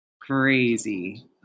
crazy